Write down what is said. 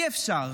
אי-אפשר.